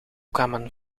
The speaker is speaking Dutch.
kwamen